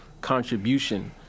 contribution